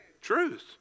truth